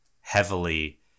heavily